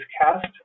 cast